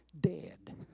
dead